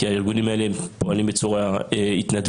כי הארגונים האלה פועלים בצורה התנדבותית.